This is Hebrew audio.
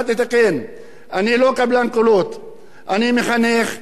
אני מחנך ואיש עסקים וראש עיר מוצלח,